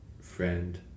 friend